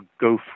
go